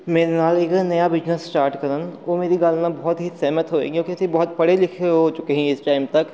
ਮੇਰੇ ਨਾਲ ਇੱਕ ਨਵਾਂ ਬਿਜਨਸ ਸਟਾਰਟ ਕਰਨ ਉਹ ਮੇਰੀ ਗੱਲ ਨਾਲ ਬਹੁਤ ਹੀ ਸਹਿਮਤ ਹੋਏ ਕਿਉਂਕਿ ਅਸੀਂ ਬਹੁਤ ਪੜ੍ਹੇ ਲਿਖੇ ਹੋ ਚੁੱਕੇ ਸੀ ਇਸ ਟਾਈਮ ਤੱਕ